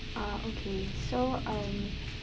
ah okay so um